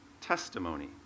testimony